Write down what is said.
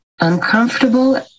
uncomfortable